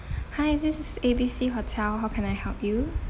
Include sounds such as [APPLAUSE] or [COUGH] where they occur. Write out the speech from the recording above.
[BREATH] hi this is A B C hotel how can I help you